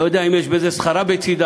ואני לא יודע אם יש בזה שכרה בצדה.